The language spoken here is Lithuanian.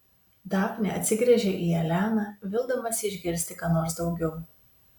dafnė atsigręžia į eleną vildamasi išgirsti ką nors daugiau